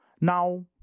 Now